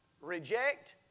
reject